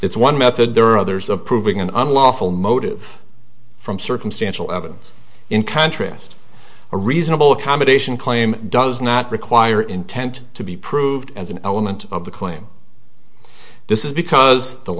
it's one method there are others approving an unlawful motive from circumstantial evidence in contrast a reasonable accommodation claim does not require intent to be proved as an element of the claim this is because the